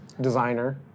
designer